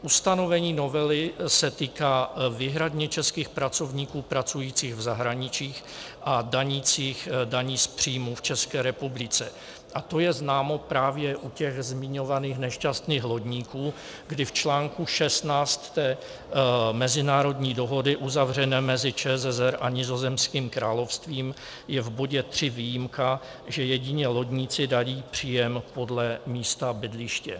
Ustanovení novely se týká výhradně českých pracovníků pracujících v zahraničí a danících daní z příjmů v České republice a to je známo právě u těch zmiňovaných nešťastných lodníků, kdy v článku 16 té mezinárodní dohody uzavřené mezi ČSSR a Nizozemským královstvím je v bodě 3 výjimka, že jedině lodníci daní příjem podle místa bydliště.